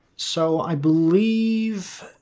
so i believe.